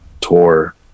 tour